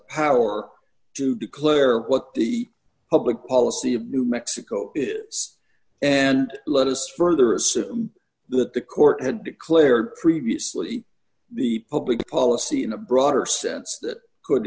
power to declare what the public policy of new mexico is and let us further assume that the court had declared previously the public policy in a broader sense that could